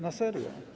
Na serio.